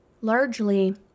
Largely